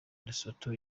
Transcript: lesotho